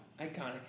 Iconic